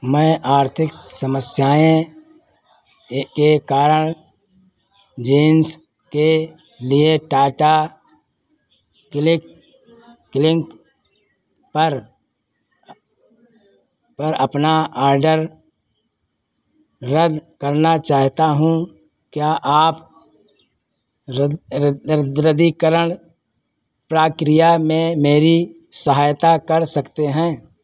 मैं आर्थिक समस्याएं के कारण जींस के लिए टाटा क्लिक क्लिंक पर पर अपना ऑर्डर रद्द करना चाहता हूँ क्या आप रद्द रद रद्दीकरण प्राक्रिया में मेरी सहायता कर सकते हैं